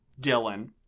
Dylan